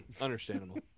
Understandable